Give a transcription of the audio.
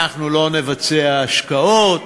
אנחנו לא נבצע השקעות,